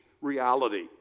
reality